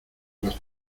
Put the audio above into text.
los